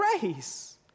grace